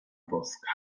boska